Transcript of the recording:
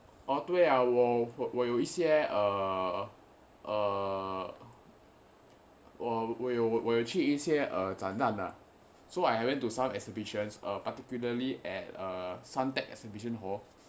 哦对呀喔我有一些嗯嗯我有去一些展览的:o dui ya o wo you yi xie nng nng wo you qu yi xie zhan lan de so I went to some exhibitions uh particularly at uh suntec exhibition hall